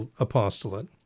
apostolate